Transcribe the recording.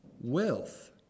Wealth